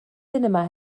sinema